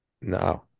No